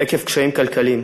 עקב קשיים כלכליים.